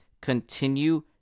continue